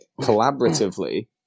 collaboratively